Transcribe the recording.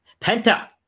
Penta